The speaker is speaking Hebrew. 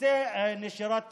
נושא נשירת תלמידים,